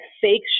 fake